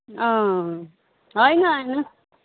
अँ होइन होइन